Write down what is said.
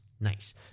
Nice